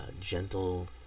gentle